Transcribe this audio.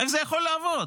איך זה יכול לעבוד?